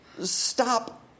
Stop